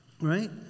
right